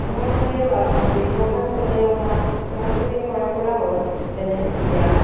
আমাৰ পৰিয়ালত দীৰ্ঘকাল চলি অহা সাংস্কৃতিক পৰম্পৰা হ'ল যেনে বিয়া